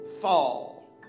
fall